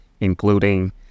including